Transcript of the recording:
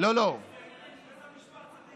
אז בית המשפט מתערב.